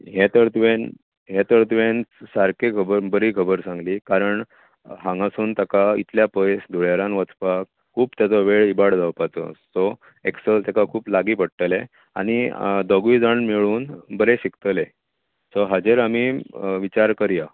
हें तर तुवें सारकी खबर बरी खबर सांगली कारण हांगा सावन ताका इतले पयस धुळेरांत वचपाक खूब ताचो वेळ इबाड जावपाचो सो एकसेल ताका खूब लागीं पडटलें आनी दोगूय जाण मेळून बरें शिकतले सो हाचेर आमी विचार करया